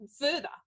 further